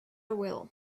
will